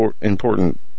important